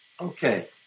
Okay